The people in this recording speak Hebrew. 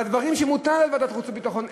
בדברים שמותר לוועדת החוץ והביטחון,